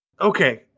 Okay